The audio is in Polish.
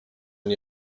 nie